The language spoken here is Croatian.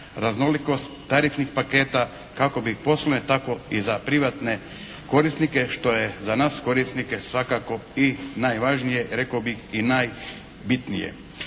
raznolikost tarifnih paketa, kako za poslovne, tako i za privatne korisnike što je za nas korisnike svakako i najvažnije, rekao bih i najbitnije.